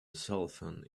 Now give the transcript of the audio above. cellphone